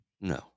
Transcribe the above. no